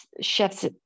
chefs